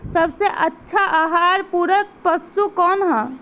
सबसे अच्छा आहार पूरक पशु कौन ह?